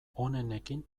onenekin